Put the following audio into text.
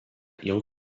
jau